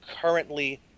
currently